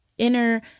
inner